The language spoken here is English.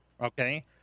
Okay